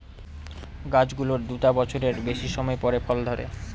গাছ গুলোর দুটা বছরের বেশি সময় পরে ফল ধরে